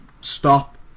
stop